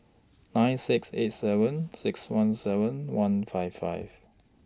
nine six eight seven six one seven one five five